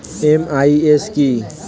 MIS কি?